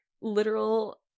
literal